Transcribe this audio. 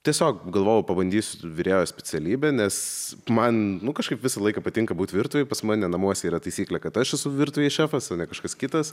tiesiog galvojau pabandysiu virėjo specialybę nes man nu kažkaip visą laiką patinka būt virtuvėj pas mane namuose yra taisyklė kad aš esu virtuvėj šefas o ne kažkas kitas